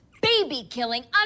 baby-killing